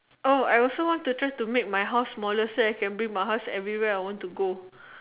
oh I also want to try to make smaller so I can want to bring my house everywhere I want to go